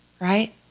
Right